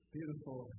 Beautiful